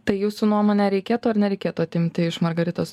tai jūsų nuomone reikėtų ar nereikėtų atimti iš margaritos